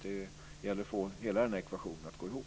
Det gäller att få hela ekvationen att gå ihop.